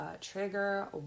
trigger